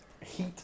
heat